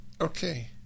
Okay